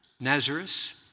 Nazareth